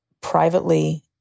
privately